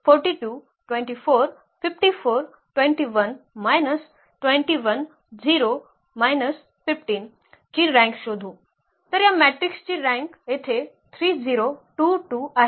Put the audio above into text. तर या मॅट्रिक्स ची रँक येथे 3 0 2 2 आहे